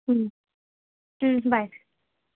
hmm hmm by